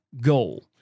goal